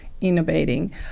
innovating